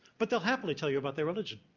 but they'll happily tell you about their religion.